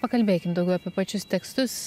pakalbėkim daugiau apie pačius tekstus